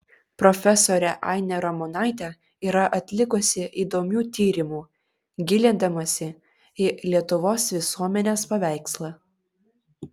profesorė ainė ramonaitė yra atlikusi įdomių tyrimų gilindamasi į lietuvos visuomenės paveikslą